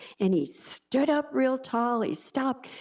and he stood up real tall, he stopped,